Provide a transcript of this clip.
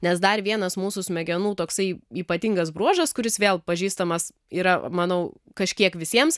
nes dar vienas mūsų smegenų toksai ypatingas bruožas kuris vėl pažįstamas yra manau kažkiek visiems